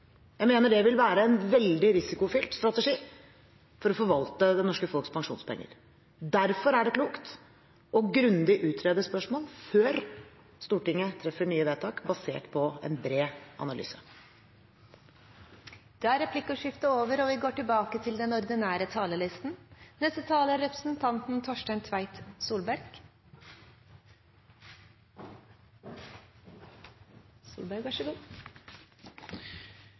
Jeg mener det vil være en veldig risikofylt strategi for å forvalte det norske folks pensjonspenger. Derfor er det klokt å utrede spørsmål grundig før Stortinget treffer nye vedtak, basert på en bred analyse. Da er replikkordskiftet